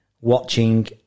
watching